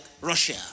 Russia